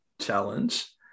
Challenge